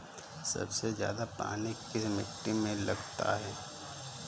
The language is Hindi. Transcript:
सबसे ज्यादा पानी किस मिट्टी में लगता है?